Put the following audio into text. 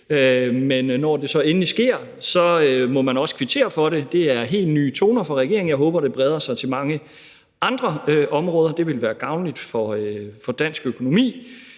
Men når det så endelig sker, må man også kvittere for det. Det er helt nye toner fra regeringen, og jeg håber, det breder sig til mange andre områder – det ville være gavnligt for dansk økonomi.